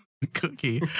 cookie